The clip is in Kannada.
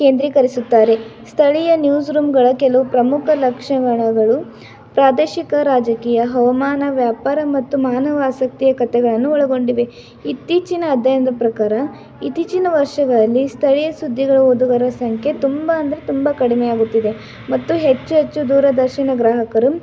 ಕೇಂದ್ರೀಕರಿಸುತ್ತಾರೆ ಸ್ಥಳೀಯ ನ್ಯೂಸ್ ರೂಮ್ಗಳ ಕೆಲವು ಪ್ರಮುಖ ಲಕ್ಷಗಣಗಳು ಪ್ರಾದೇಶಿಕ ರಾಜಕೀಯ ಹವಾಮಾನ ವ್ಯಾಪಾರ ಮತ್ತು ಮಾನವ ಆಸಕ್ತಿಯ ಕಥೆಗಳನ್ನು ಒಳಗೊಂಡಿವೆ ಇತ್ತೀಚಿನ ಅಧ್ಯಯನದ ಪ್ರಕಾರ ಇತ್ತೀಚಿನ ವರ್ಷಗಳಲ್ಲಿ ಸ್ಥಳೀಯ ಸುದ್ದಿಗಳು ಓದುಗರ ಸಂಖ್ಯೆ ತುಂಬ ಅಂದರೆ ತುಂಬ ಕಡಿಮೆಯಾಗುತ್ತಿದೆ ಮತ್ತು ಹೆಚ್ಚು ಹೆಚ್ಚು ದೂರದರ್ಶನ ಗ್ರಾಹಕರು